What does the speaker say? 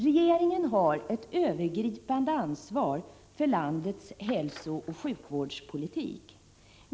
Regeringen har ett övergripande ansvar för landets hälsooch sjukvårdspolitik.